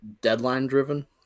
deadline-driven